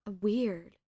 Weird